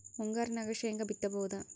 ಮುಂಗಾರಿನಾಗ ಶೇಂಗಾ ಬಿತ್ತಬಹುದಾ?